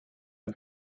are